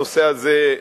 הנושא הזה,